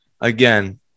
Again